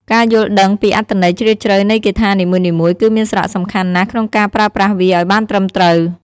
ការយល់ដឹងពីអត្ថន័យជ្រាលជ្រៅនៃគាថានីមួយៗគឺមានសារៈសំខាន់ណាស់ក្នុងការប្រើប្រាស់វាឱ្យបានត្រឹមត្រូវ។